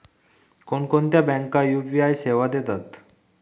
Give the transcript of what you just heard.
कोणकोणत्या बँका यू.पी.आय सेवा देतात?